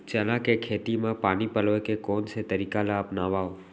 चना के खेती म पानी पलोय के कोन से तरीका ला अपनावव?